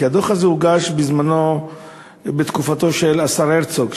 הדוח הזה הוגש בתקופתו של השר הרצוג,